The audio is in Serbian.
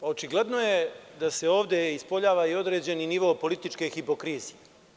Očigledno je da se ovde ispoljava i određeni nivo političke hipokrizije.